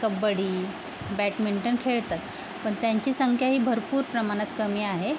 kabaddi badminton खेळतात पण त्यांची संख्या ही भरपूर प्रमाणात कमी आहे